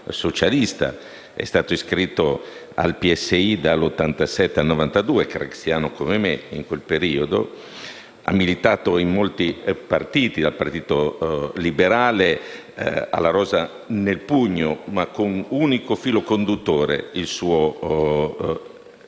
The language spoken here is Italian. è stato iscritto al PSI dal 1987 al 1992, craxiano come me in quel periodo. Ha militato in molti partiti: dal Partito Liberale alla Rosa nel Pugno, ma con unico filo conduttore il suo